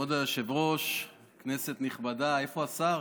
כבוד היושב-ראש, כנסת נכבדה, איפה השר?